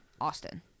Austin